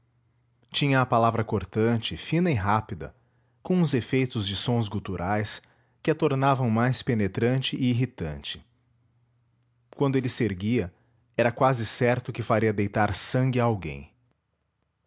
tinha a palavra cortante fina e rápida com uns efeitos de sons guturais que a tornavam mais penetrante e irritante quando ele se erguia era quase certo que faria deitar sangue a alguém